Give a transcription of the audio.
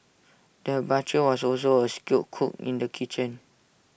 the butcher was also A skilled cook in the kitchen